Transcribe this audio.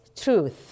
truth